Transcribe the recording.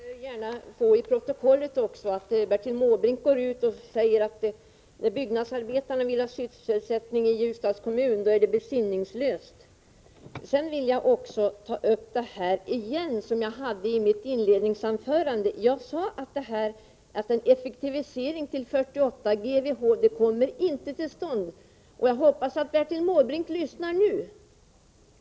Herr talman! Jag har noterat att Bertil Måbrink tycker att det här förslaget är besinningslöst. Jag vill gärna också få till protokollet att Bertil Måbrink alltså säger att när byggnadsarbetarna i Ljusdals kommun vill ha sysselsättning är det besinningslöst. Sedan vill jag gärna igen ta upp vad jag sade i mitt inledningsanförande, nämligen att en effektivisering till 48 GWh inte kommer till stånd. Jag hoppas att Bertil Måbrink lyssnar nu.